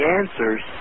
answers